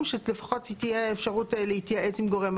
שלפחות תהיה אפשרות להתייעץ עם גורם.